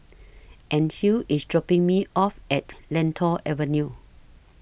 Ancil IS dropping Me off At Lentor Avenue